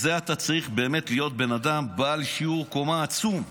בשביל זה אתה צריך באמת להיות בן אדם בעל שיעור קומה עצום,